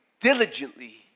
diligently